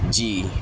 جی